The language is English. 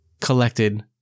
collected